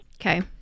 Okay